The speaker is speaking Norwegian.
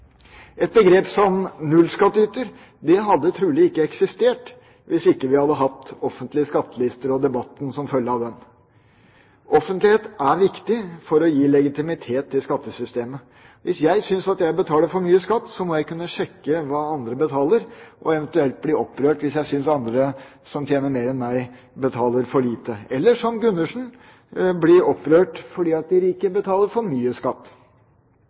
Et begrep som «nullskattyter» hadde trolig ikke eksistert hvis vi ikke hadde hatt offentlige skattelister og debatten som følge av det. Offentlighet er viktig for å gi legitimitet til skattesystemet. Hvis jeg synes at jeg betaler for mye skatt, må jeg kunne sjekke hva andre betaler, og eventuelt bli opprørt hvis jeg synes at andre som tjener mer enn meg, betaler for lite – eller, som Gundersen, bli opprørt fordi de rike betaler for mye skatt.